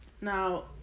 Now